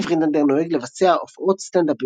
במקביל פרידלנדר נוהג לבצע הופעות סטנד